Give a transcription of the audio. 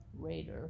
Raider